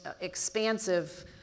expansive